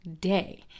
day